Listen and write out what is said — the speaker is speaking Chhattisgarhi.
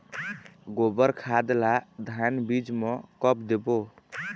गोबर खाद ला धान बीज म कब देबो?